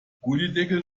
gullydeckel